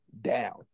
down